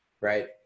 Right